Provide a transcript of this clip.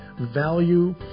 value